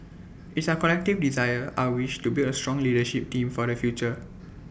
it's our collective desire our wish to build A strong leadership team for the future